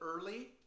early